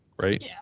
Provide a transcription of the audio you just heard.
right